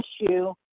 issue